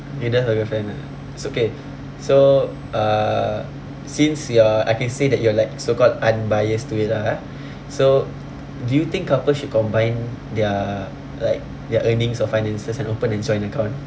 you don't have a girlfriend ah it's okay so uh since you are I can say that you are like so called unbiased to it a'ah ya so do you think couples should combine their like their earnings or finances and open a joint account